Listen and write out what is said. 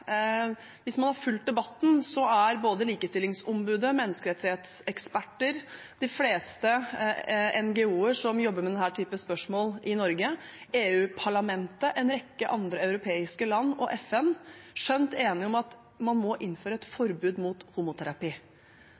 Hvis man har fulgt debatten, er både Likestillingsombudet, menneskerettighetseksperter, de fleste NGO-er som jobber med denne typen spørsmål i Norge, EU-parlamentet, en rekke andre europeiske land og FN skjønt enige om at man må innføre et forbud mot homoterapi.